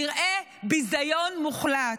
נראה ביזיון מוחלט.